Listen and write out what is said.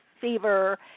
fever